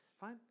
fine